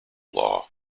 law